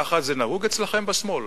ככה זה נהוג אצלכם בשמאל?